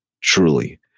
truly